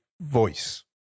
voice